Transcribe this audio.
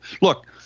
Look